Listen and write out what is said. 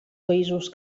països